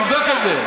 תבדוק את זה.